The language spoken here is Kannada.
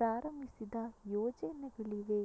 ಪ್ರಾರಂಭಿಸಿದ ಯೋಜನೆಗಳಿವೆ